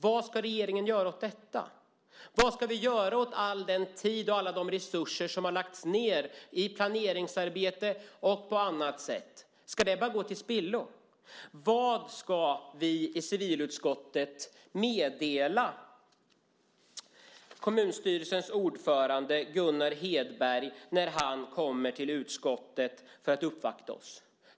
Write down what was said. Vad ska vi göra åt all den tid och alla de resurser som har lagts ned i planeringsarbete och på annat sätt? Ska det bara gå till spillo? Vad ska vi i civilutskottet meddela kommunstyrelsens ordförande Gunnar Hedberg när han kommer till utskottet för att uppvakta oss?